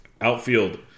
Outfield